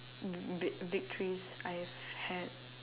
v~ vic~ victories I have had